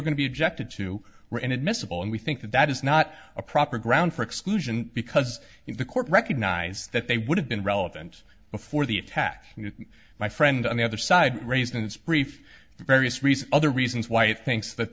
going to be objected to inadmissible and we think that that is not a proper ground for exclusion because the court recognized that they would have been relevant before the attack and my friend on the other side raised in this brief various reasons other reasons why it thinks that